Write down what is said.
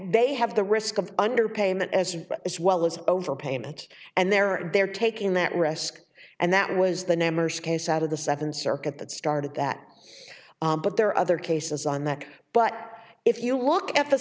they have the risk of underpayment as as well as overpayment and there they're taking that risk and that was the nemmers case out of the seven circuit that started that but there are other cases on that but if you look at the